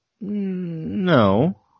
No